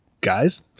guys